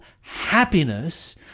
happiness